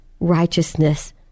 righteousness